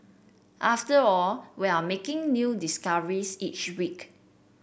after all we're making new discoveries each week